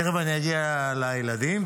תכף אגיע לילדים,